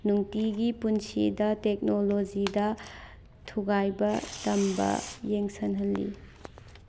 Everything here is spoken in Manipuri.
ꯅꯨꯡꯇꯤꯒꯤ ꯄꯨꯟꯁꯤꯗ ꯇꯦꯛꯅꯣꯂꯣꯖꯤꯗ ꯊꯨꯒꯥꯏꯕ ꯇꯝꯕ ꯌꯦꯡꯁꯤꯜꯍꯜꯂꯤ